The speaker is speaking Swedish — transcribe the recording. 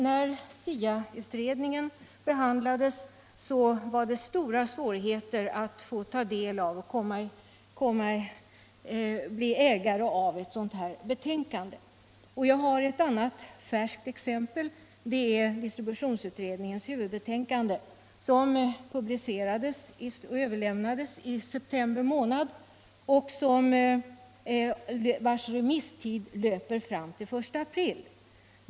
När SIA-utredningen behandlades förelåg det stora svårigheter att få ta del av eller bli ägare av det betänkandet. Och jag har ett annat färskt exempel: distributionsutredningens huvudbetänkande som publicerades och överlämnades i september månad i fjol och vars remisstid löper fram till den 1 april.